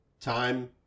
time